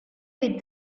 with